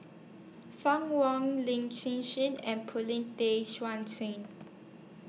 Fann Wong Lin Hsin Hsin and Paulin Tay